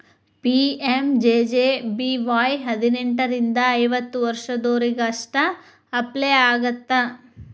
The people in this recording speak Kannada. ಪಿ.ಎಂ.ಜೆ.ಜೆ.ಬಿ.ವಾಯ್ ಹದಿನೆಂಟರಿಂದ ಐವತ್ತ ವರ್ಷದೊರಿಗೆ ಅಷ್ಟ ಅಪ್ಲೈ ಆಗತ್ತ